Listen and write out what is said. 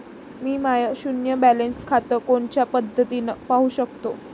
मी माय शुन्य बॅलन्स खातं कोनच्या पद्धतीनं पाहू शकतो?